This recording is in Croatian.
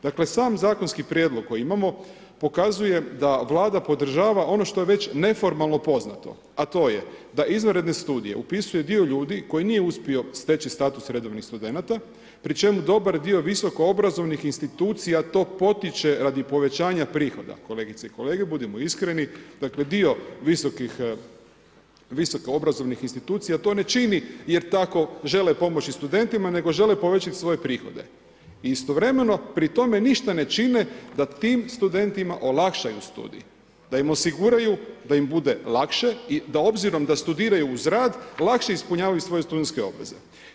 Dakle sam zakonski prijedlog koji imamo pokazuje da Vlada podržava ono što je već neformalno poznato, a to je da izvanredne studije upisuje dio ljudi koji nije uspio steći status redovnih studenata, pri čemu dobar dio visokoobrazovnih institucija to potiče radi povećanja prihoda, kolegice i kolege budimo iskreni, dakle dio visokoobrazovnih institucija to ne čini jer tako žele pomoći studentima nego žele povećati svoje prihode i istovremeno pri tome ništa ne čine da tim studentima olakšaju studij, da im osiguraju da im bude lakše i obzirom da studiraju uz rad lakše ispunjavaju svoje studentske obveze.